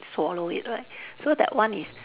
swallow it right so that one is